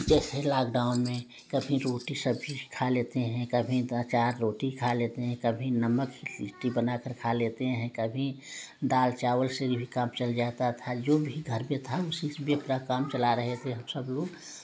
जैसे लॉकडाउन में कभी रोटी सब्ज़ी खा लेते हैं कभी अचार रोटी खा लेते हैं कभी नमक लिट्टी बना कर खा लेते हैं कभी दाल चावल से भी काम चल जाता था जो भी घर पर था उसी पर अपना काम चला रहे थे हम सब लोग